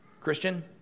Christian